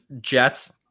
Jets